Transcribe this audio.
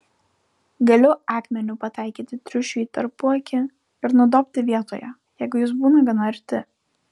galiu akmeniu pataikyti triušiui į tarpuakį ir nudobti vietoje jeigu jis būna gana arti